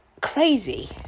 crazy